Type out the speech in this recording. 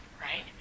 right